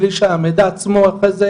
בלי שהמידע עצמו אחרי זה,